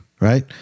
right